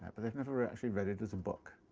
but they've never actually read it as a book,